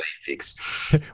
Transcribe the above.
fix